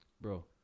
Bro